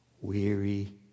weary